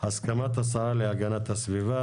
הסכמת השרה להגנת הסביבה,